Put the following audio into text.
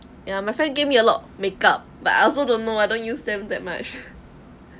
ya my friend gave me a lot makeup but I also don't know I don't use them that much